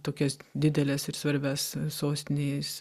tokias dideles ir svarbias sostinės